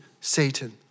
Satan